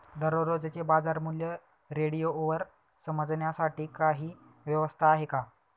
दररोजचे बाजारमूल्य रेडिओवर समजण्यासाठी काही व्यवस्था आहे का?